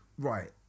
Right